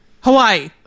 Hawaii